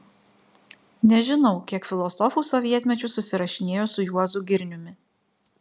nežinau kiek filosofų sovietmečiu susirašinėjo su juozu girniumi